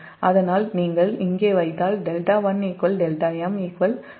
அதனால்நீங்கள் இங்கே வைத்தால் δ1 δm 𝝅 δ0